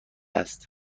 است